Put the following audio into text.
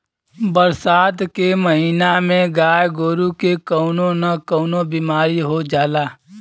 बरसात के महिना में गाय गोरु के कउनो न कउनो बिमारी हो जाला